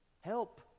Help